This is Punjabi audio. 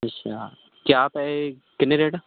ਅੱਛਾ ਕਿਆ ਪੈਸੇ ਕਿੰਨੇ ਰੇਟ